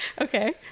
Okay